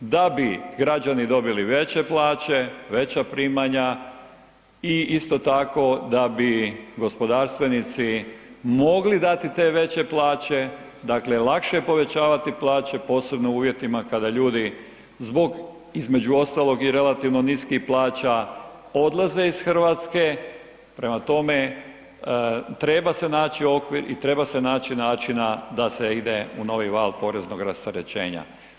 Da bi građani dobili veće plaće, veća primanja i isto tako, da bi gospodarstvenici mogli dati te veće plaće, dakle lakše je povećavati plaće, posebno u uvjetima kada ljudi zbog, između ostalog i relativno niskih plaća odlaze iz Hrvatske, prema tome, treba se naći okvir i treba se naći načina da se ide u novi val poreznog rasterećenja.